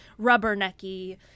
rubbernecky